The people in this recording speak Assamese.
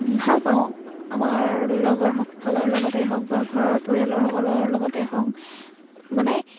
ভাল পাওঁ আমাৰ লগৰসকলৰ লগতে হওক বা ঘৰৰ পৰিয়ালৰসকলৰ লগতে হওক মানে